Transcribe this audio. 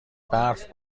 برف